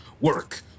work